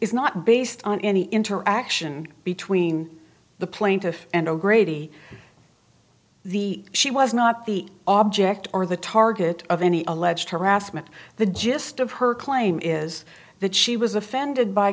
is not based on any interaction between the plaintiff and o'grady the she was not the object or the target of any alleged harassment the gist of her claim is that she was offended by